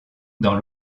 dans